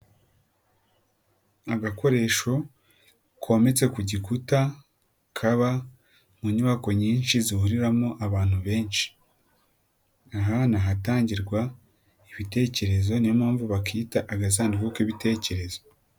Agakoresho kometse ku gikuta, kaba mu nyubako nyinshi zihuriramo abantu benshi. Ahandi hatangirwa ibitekerezo, niyo mpamvu bakita agasanduku k'ibitekerezo.